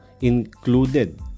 included